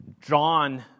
John